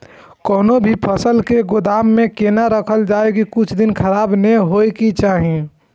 कोनो भी फसल के गोदाम में कोना राखल जाय की कुछ दिन खराब ने होय के चाही?